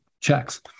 checks